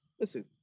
Listen